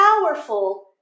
powerful